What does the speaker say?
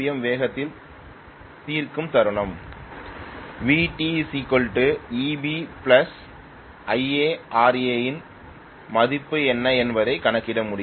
M வேகத்தில் தீர்க்கும் தருணம் Vt Eb Ia Ra இன் மதிப்பு என்ன என்பதைக் கணக்கிட முடியும்